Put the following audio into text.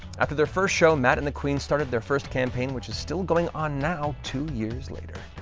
after their first show, matt and the queens started their first campaign which is still going on now two years later.